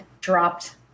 dropped